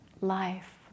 life